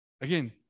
Again